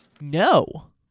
No